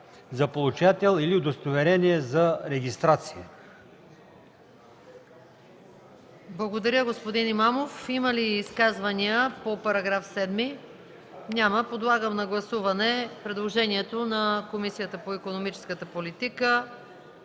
за получател или удостоверение за регистрация.”